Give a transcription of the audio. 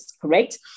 correct